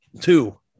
Two